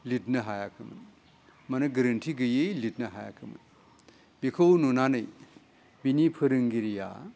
लिदनो हायाखैमोन माने गोरोन्थि गैयै लिरनो हायाखैमोन बेखौ नुनानै बिनि फोरोंगिरिया